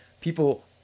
people